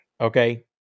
Okay